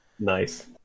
Nice